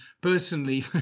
personally